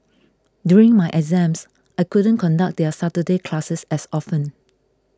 during my exams I couldn't conduct their Saturday classes as often